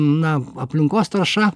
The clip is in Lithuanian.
na aplinkos tarša